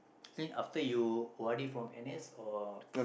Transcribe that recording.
think after you O_R_D from N_S or